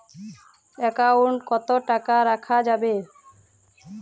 Account কত টাকা রাখা যাবে?